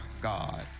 God